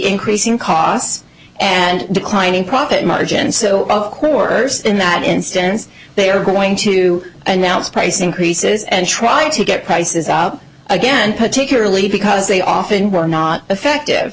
increase in costs and declining profit margin so of course in that instance they are going to announce price increases and try to get prices up again particularly because they often are not effective